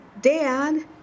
dad